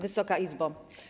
Wysoka Izbo!